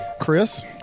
Chris